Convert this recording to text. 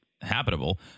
habitable